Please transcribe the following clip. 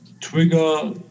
trigger